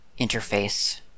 interface